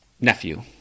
nephew